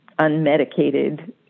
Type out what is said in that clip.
unmedicated